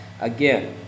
again